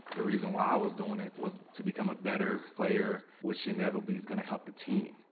the reason why i was doing it was to become a better player, which inevitably is gonna help the team.